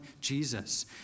Jesus